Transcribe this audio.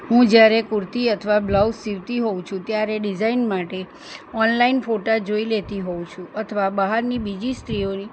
હું જ્યારે કુર્તી અથવા બ્લાઉઝ સિવતી હોઉં છું ત્યારે ડિઝાઇન માટે ઓનલાઈન ફોટા જોઈ લેતી હોઉં છું અથવા બહારની બીજી સ્ત્રીઓની